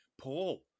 Paul